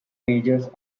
majors